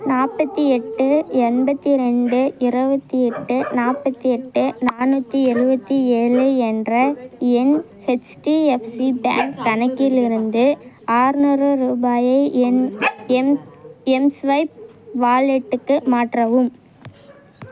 நாற்பத்தி எட்டு எண்பத்து ரெண்டு இருபத்தி எட்டு நாற்பத்தி எட்டு நானூற்றி எலுபத்தி ஏலு என்ற என் ஹெச்டிஎஃப்சி பேங்க் கணக்கில் இருந்து ஆற்நூறு ரூபாயை என் என் எம்ஸ்வைப் வாலெட்டுக்கு மாற்றவும்